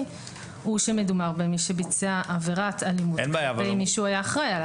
הוא שמדובר במי שביצע עבירת אלימות כלפי מי שהוא היה אחראי עליו.